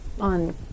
on